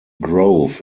grove